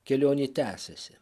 kelionė tęsiasi